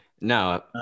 No